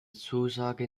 zusage